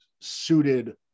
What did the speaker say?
suited